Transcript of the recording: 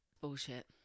Bullshit